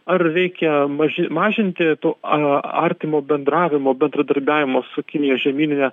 ar veikia maži mažinti tų a artimo bendravimo bendradarbiavimo su kinijos žemynine